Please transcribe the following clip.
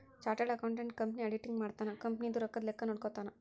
chartered accountant company auditing ಮಾಡ್ತನ company ದು ರೊಕ್ಕದ ಲೆಕ್ಕ ನೋಡ್ಕೊತಾನ